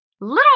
little